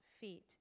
feet